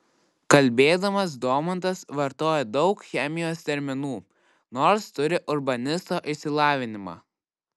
kalbėdamas domantas vartoja daug chemijos terminų nors turi urbanisto išsilavinimą